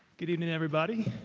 good evening everybody,